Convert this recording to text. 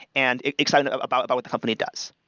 and excited about about what the company does.